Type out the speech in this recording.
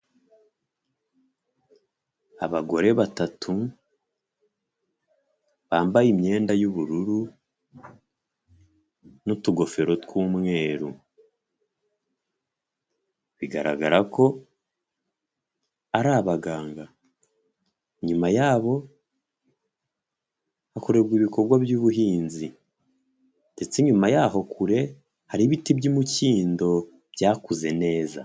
Abagore batatu bambaye imyenda y'ubururu n'utugofero tw'umweru bigaragara ko ari abaganga, inyuma yabo hakorerwa ibikorwa by'ubuhinzi, ndetse nyuma yabo kure hari ibiti by'umukindo byakuze neza.